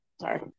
sorry